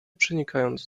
przenikając